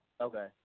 Okay